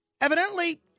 Evidently